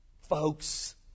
folks